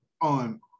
on